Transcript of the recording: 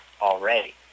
already